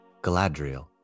Galadriel